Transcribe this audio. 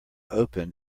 open